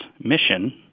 mission